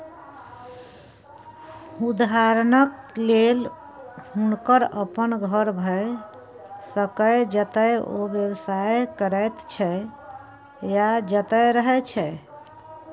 उदहारणक लेल हुनकर अपन घर भए सकैए जतय ओ व्यवसाय करैत छै या जतय रहय छै